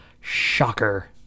Shocker